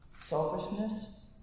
selfishness